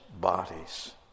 bodies